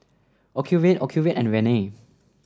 Ocuvite Ocuvite and Rene